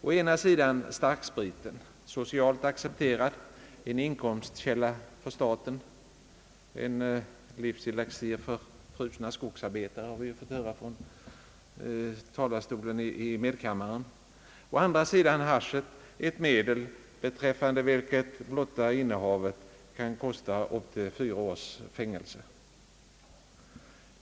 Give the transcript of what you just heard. Å ena sidan starkspriten: socialt accepterad, en inkomstkälla för staten, ett livselixir för frusna skogsarbetare enligt vad vi fått höra från talarstolen i medkammaren å andra sidan hasch: ett medel vars blotta innehav kan kosta upp till fyra års fängelse.